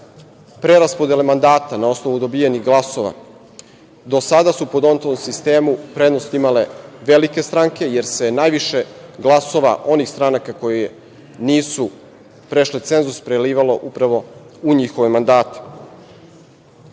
preraspodele mandata na osnovu dobijenih glasova do sada su po Dontovom sistemu prednost imale velike stranke, jer se najviše glasova onih stranaka koje nisu prešle cenzus prelivalo upravo u njihove mandate. Navešću